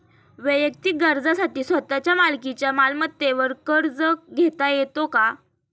वैयक्तिक गरजांसाठी स्वतःच्या मालकीच्या मालमत्तेवर कर्ज घेता येतो का?